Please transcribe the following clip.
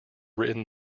written